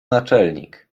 naczelnik